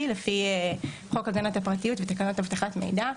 לפי חוק הגנת הפרטיות ותקנות אבטחת מידע,